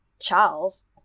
Charles